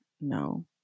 no